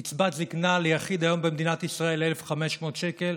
קצבת זקנה ליחיד היום במדינת ישראל, 1,500 שקל.